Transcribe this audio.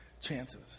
chances